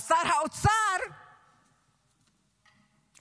אז שר האוצר המתנחל,